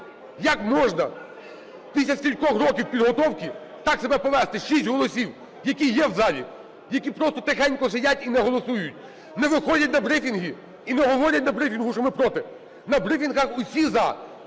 Як можна після стількох років підготовки так себе повести? Шість голосів, які є в залі, які просто тихенько сидять і не голосують, не виходять на брифінги і не говорять на брифінгу, що ми "проти", на брифінгах усі –